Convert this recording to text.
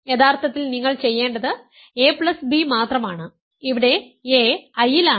യഥാർത്ഥത്തിൽ നിങ്ങൾ ചെയ്യേണ്ടത് ab മാത്രമാണ് ഇവിടെ a I യിലാണ് b J യിലാണ്